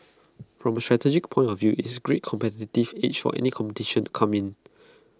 from A strategic point of view it's A great competitive edge for any competition come in